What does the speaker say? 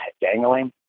dangling